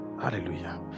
Hallelujah